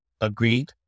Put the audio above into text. agreed